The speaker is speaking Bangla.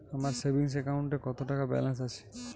আমার সেভিংস অ্যাকাউন্টে কত টাকা ব্যালেন্স আছে?